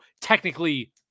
technically